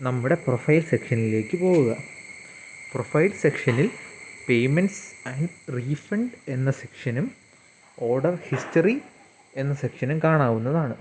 നമ്മുടെ പ്രൊഫൈൽ സെക്ഷനിലേക്ക് പോവുക പ്രൊഫൈൽ സെക്ഷനിൽ പേയ്മെൻറ്റ്സ് ആൻഡ് റീഫണ്ട് എന്ന സെക്ഷനും ഓർഡർ ഹിസ്റ്ററി എന്ന സെക്ഷനും കാണാവുന്നതാണ്